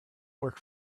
work